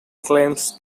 claims